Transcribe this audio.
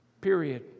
Period